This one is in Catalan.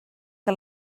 que